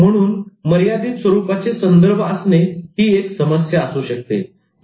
म्हणून मर्यादित स्वरूपाचे संदर्भ असणे ही एक समस्या असू शकते